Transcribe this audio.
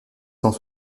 cent